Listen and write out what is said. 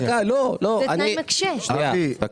דקה לא לא דקה לא,